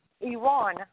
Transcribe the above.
Iran